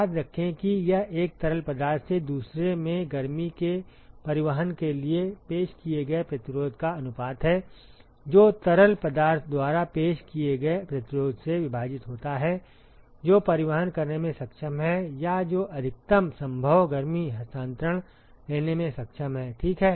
याद रखें कि यह एक तरल पदार्थ से दूसरे में गर्मी के परिवहन के लिए पेश किए गए प्रतिरोध का अनुपात है जो तरल पदार्थ द्वारा पेश किए गए प्रतिरोध से विभाजित होता है जो परिवहन करने में सक्षम है या जो अधिकतम संभव गर्मी हस्तांतरण लेने में सक्षम है ठीक है